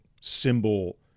symbol